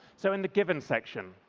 so in the given section,